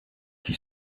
qui